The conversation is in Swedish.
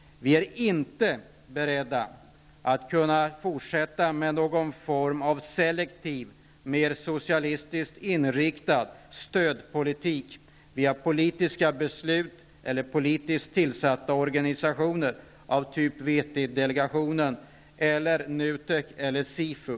Vi är inte beredda att fortsätta med någon form av selektiv, mer socialistiskt inriktad stödpolitik via politiska beslut eller politiskt tillsatta organ av typen VT-delegationen eller NUTEK eller SIFU.